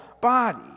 body